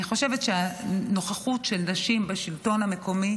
אני חושבת שהנוכחות של נשים בשלטון המקומי